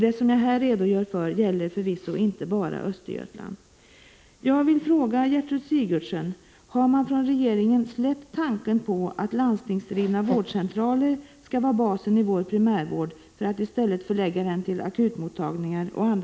Det som jag här redogör för gäller förvisso inte bara Östergötland.